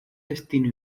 destino